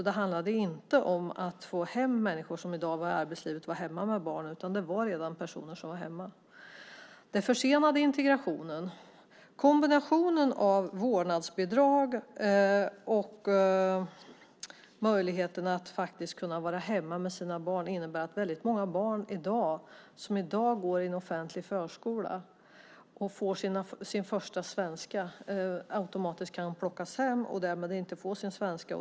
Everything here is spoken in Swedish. Det handlade alltså inte om att få människor som var i arbetslivet att komma hem till barnen, utan det här var personer som redan var hemma. Det här försenar integrationen. Kombinationen av vårdnadsbidrag och möjligheten att vara hemma med sina barn innebär att många barn som i dag går i en offentlig förskola och får sin första svenska där automatiskt kan plockas hem och därmed inte får sin svenska.